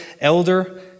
elder